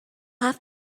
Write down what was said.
have